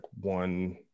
one –